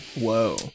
Whoa